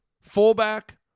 fullback